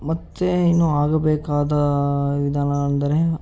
ಮತ್ತೆ ಇನ್ನು ಆಗಬೇಕಾದ ವಿಧಾನ ಅಂದರೆ